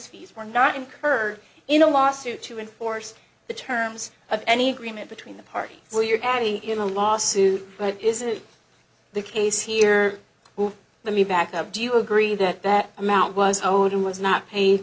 fees were not incurred in a lawsuit to enforce the terms of any agreement between the parties where you're going in a lawsuit but it isn't the case here let me back up do you agree that that amount was owed and was not pa